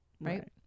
Right